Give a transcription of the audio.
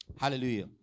hallelujah